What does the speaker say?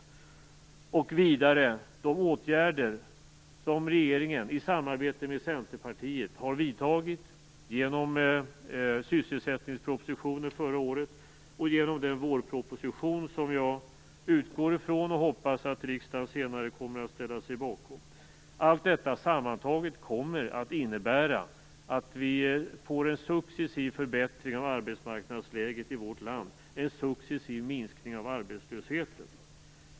Vidare är det de åtgärder som regeringen i samarbete med Centerpartiet har vidtagit genom sysselsättningspropositionen förra året och genom den vårproposition som jag utgår från och hoppas att riksdagen senare kommer att ställa sig bakom. Allt detta sammantaget kommer att innebära att vi får en successiv förbättring av arbetsmarknadsläget i vårt land och en successiv minskning av arbetslösheten.